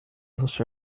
also